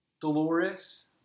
Dolores